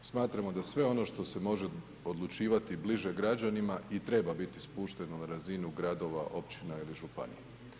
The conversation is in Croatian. Smatramo da sve ono što se može odlučivati bliže građanima i treba biti spušten na razinu, gradova općina ili županija.